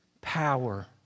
power